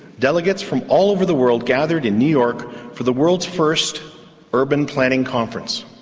delegates from all over the world gathered in new york for the world's first urban planning conference.